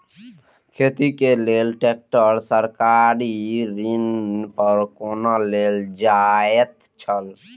खेती के लेल ट्रेक्टर सरकारी ऋण पर कोना लेल जायत छल?